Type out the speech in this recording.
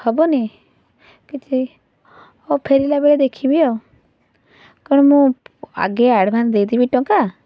ହେବନି କିଛି ହଉ ଫେରିଲାବେଳେ ଦେଖିବି ଆଉ କ'ଣ ମୁଁ ଆଗେ ଆଡ଼ଭାନ୍ସ ଦେଇ ଦେବି ଟଙ୍କା